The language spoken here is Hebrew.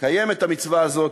קיים את המצווה הזאת,